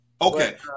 Okay